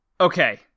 Okay